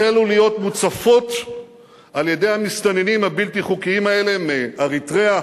החלו להיות מוצפות על-ידי המסתננים הבלתי-חוקיים האלה מאריתריאה